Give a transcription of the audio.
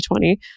2020